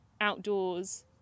Outdoors